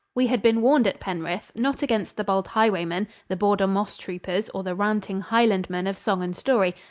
we had been warned at penrith, not against the bold highwaymen, the border moss-troopers or the ranting highlandmen of song and story,